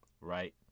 right